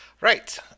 Right